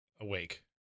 awake